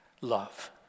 love